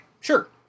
Sure